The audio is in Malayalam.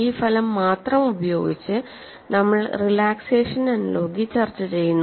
ഈ ഫലം മാത്രം ഉപയോഗിച്ച് നമ്മൾ റിലാക്സേഷൻ അനലോഗി ചർച്ച ചെയ്യുന്നു